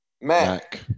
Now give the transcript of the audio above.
Mac